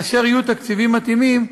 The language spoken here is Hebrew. כאשר יהיו תקציבים מתאימים,